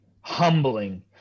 Humbling